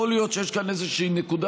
יכול להיות שיש כאן איזושהי נקודה